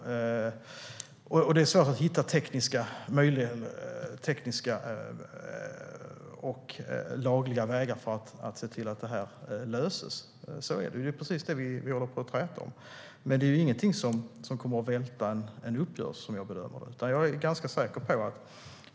Det är svårt att hitta tekniska och lagliga vägar för att se till att detta löses. Det är precis det som vi håller på att träta om. Men det är ingenting som kommer att välta en uppgörelse, som jag bedömer det.